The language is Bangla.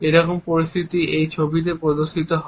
একই রকম পরিস্থিতি এই ছবিতে প্রদর্শিত হয়